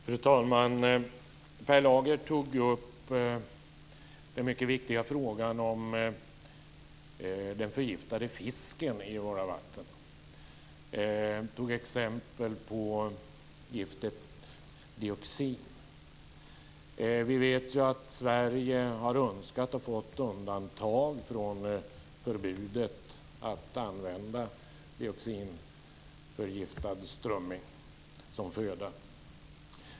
Fru talman! Per Lager tog upp den mycket viktiga frågan om den förgiftade fisken i våra vatten. Han tog som exempel giftet dioxin. Som bekant har Sverige önskat och fått undantag från förbudet mot att använda dioxinförgiftad strömming som föda.